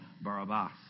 Barabbas